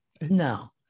No